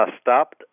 stopped